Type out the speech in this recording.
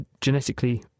genetically